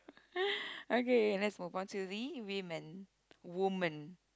okay let's move on to the women woman